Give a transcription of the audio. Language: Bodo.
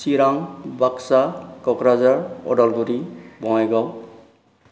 चिरां बाक्सा क'क्राझार उदालगुरि बङाइगाव